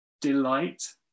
delight